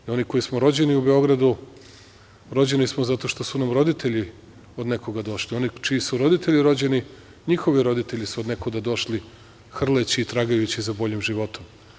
I oni koji smo rođeni u Beogradu, rođeni smo zato što su nam roditelji od nekuda došli, oni čiji su roditelji rođeni, njihovi roditelji su od nekuda došli, hrleći i tragajući za boljim životom.